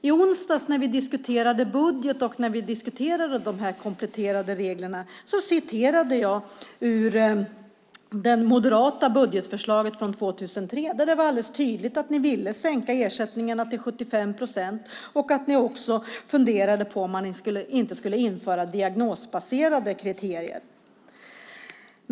I onsdags när vi diskuterade budget och när vi diskuterade de här kompletterande reglerna citerade jag ur det moderata budgetförslaget från 2003 där det var alldeles tydligt att ni ville sänka ersättningarna till 75 procent och att ni också funderade på om man inte skulle införa diagnosbaserade kriterier.